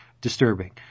disturbing